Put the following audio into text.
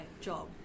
job